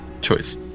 Choice